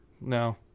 no